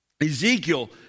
Ezekiel